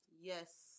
Yes